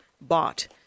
bought